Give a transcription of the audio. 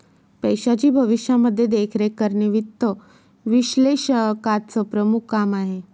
पैशाची भविष्यामध्ये देखरेख करणे वित्त विश्लेषकाचं प्रमुख काम आहे